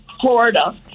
Florida